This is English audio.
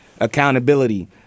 accountability